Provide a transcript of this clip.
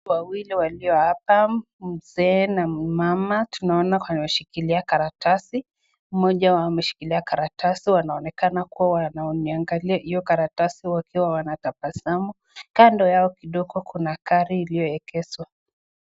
Wawili walio hapa, mzee na mama tunaona wanashikilia karatasi, moja ameshikilia karatasi, wanaonekana kuwa wanaangalia hiyo karatasi wakiwa wanatabasamu, kando yao kidogo kuna gari iliyoegezwa.